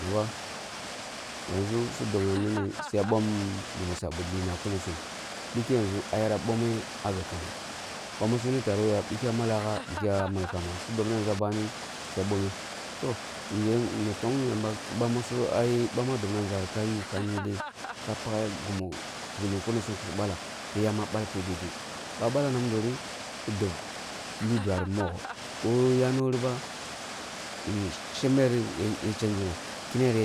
Nuba yanʒu su dobna mini suya bom gimi kiswa lah kunusum bike yanʒu ah yera bamme ah gab kamba bami su yunu tare woh ya bikya ah malle bikya ga ah malkamba, su dbna bami su ya bome, toh, ya tong yamba ki basu ai bama dobna nʒah ka yu ka gyugleh ka pagha ya kumo tukhu kunnisum kusu ballah ka yam̍a bal ke dede, ba balla na mudori ki dob ki lidwari mogho, boh ya nori ba shamberiyiya shenjina ya